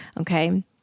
Okay